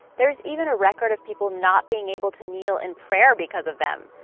there's even a record of people not being able to kneel in prayer because of them.